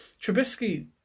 Trubisky